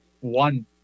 one